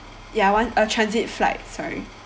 ya want a transit flight sorry